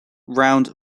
round